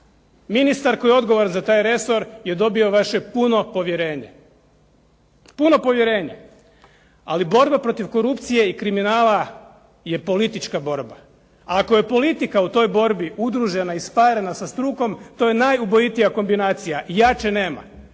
Ministar koji je odgovoran za taj resor je dobio vaše puno povjerenje. Puno povjerenje! Ali borba protiv korupcije i kriminala je politička borba, a ako je politika u toj borbi udružena i sparena sa strukom to je najubojitija kombinacije, jače nema.